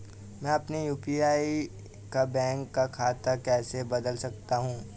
मैं अपने यू.पी.आई का बैंक खाता कैसे बदल सकता हूँ?